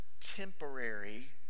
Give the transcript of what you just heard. temporary